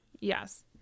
Yes